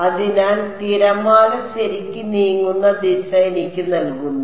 അതിനാൽ തിരമാല ശരിക്ക് നീങ്ങുന്ന ദിശ എനിക്ക് നൽകുന്നു